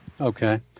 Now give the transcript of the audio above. Okay